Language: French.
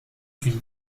d’une